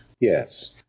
Yes